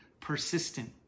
persistent